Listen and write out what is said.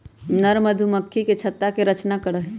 नर मधुमक्खी मधुमक्खी के छत्ता के रचना करा हई